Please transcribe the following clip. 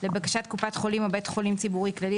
לבקשת קופת חולים או בית חולים ציבורי כללי,